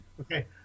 Okay